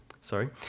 Sorry